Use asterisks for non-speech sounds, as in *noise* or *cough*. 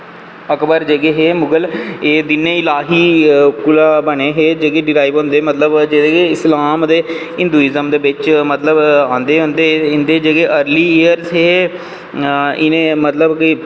अकबर जेह्के हे मुगल दीन ए ईलाही बने हे जेह्के *unintelligible* होंदे मतलव इस्लाम ते हिन्दुइजम दे बिच्च आंदे उंदे जेह्के अर्ली यरस हे इने मतलव कि